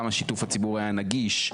כמה שיתוף הציבור היה נגיש?